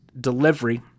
delivery